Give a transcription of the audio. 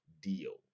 deal